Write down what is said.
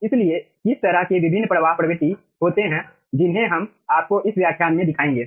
इसलिए किस तरह के विभिन्न प्रवाह प्रवृत्ति होते हैं जिन्हें हम आपको इस व्याख्यान में दिखाएंगे